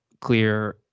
clear